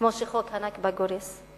כמו שחוק ה"נכבה" גורס?